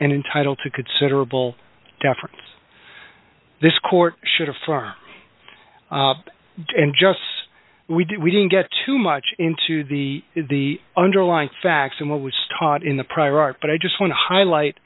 and entitle to considerable deference this court should have far and just we did we didn't get too much into the the underlying facts in what was taught in the prior art but i just want to highlight